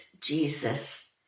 Jesus